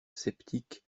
sceptique